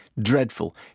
Dreadful